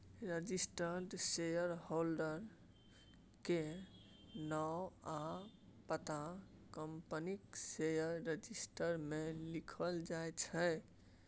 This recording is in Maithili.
रजिस्टर्ड शेयरहोल्डर केर नाओ आ पता कंपनीक शेयर रजिस्टर मे लिखल जाइ छै